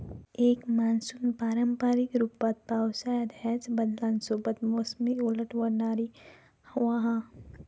एक मान्सून पारंपारिक रूपात पावसाळ्यात ह्याच बदलांसोबत मोसमी उलटवणारी हवा हा